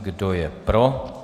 Kdo je pro?